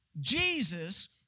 Jesus